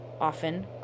often